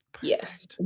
yes